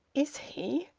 is he,